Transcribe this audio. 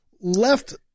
left